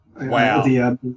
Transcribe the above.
Wow